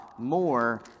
...more